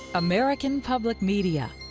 american public media,